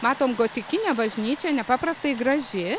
matom gotikinė bažnyčia nepaprastai graži